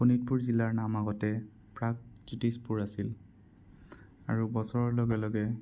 শোণিতপুৰ জিলাৰ নাম আগতে প্ৰাগজ্যোতিষপুৰ আছিল আৰু বছৰৰ লগে লগে